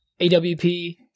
AWP